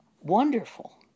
wonderful